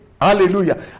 Hallelujah